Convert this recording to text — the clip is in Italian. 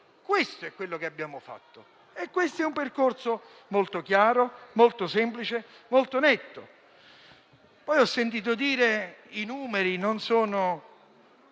Questo è quello che abbiamo fatto ed è un percorso molto chiaro, molto semplice e molto netto. Ho sentito dire che i numeri vanno